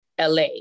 LA